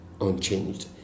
unchanged